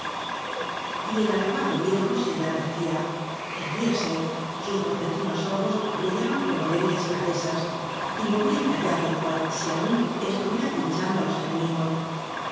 el arrugado viejo se enardecía erguíase sus mortezinos ojos brillaban como débiles pavesas y movía el cayado cual si aún estuvie ra pinchando á los enemigos